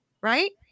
Right